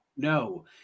No